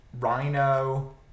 Rhino